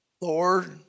Lord